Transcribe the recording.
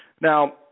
Now